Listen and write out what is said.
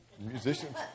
Musicians